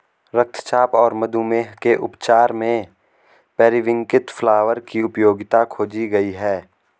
रक्तचाप और मधुमेह के उपचार में पेरीविंकल फ्लावर की उपयोगिता खोजी गई है